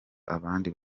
abandi